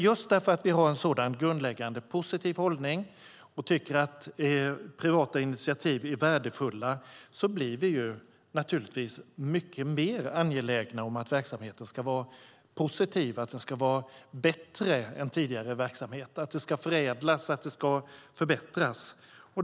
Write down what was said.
Just därför att vi har en sådan grundläggande positiv hållning och tycker att privata initiativ är värdefulla blir vi naturligtvis mycket mer angelägna om att verksamheten ska vara positiv och bättre än tidigare verksamhet, att den ska förädlas och förbättras.